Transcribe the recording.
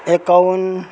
एकाउन्न